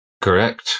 Correct